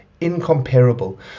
incomparable